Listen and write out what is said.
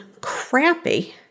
crappy